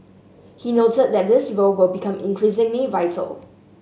he noted that this role will become increasingly vital